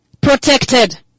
protected